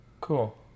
Cool